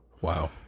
Wow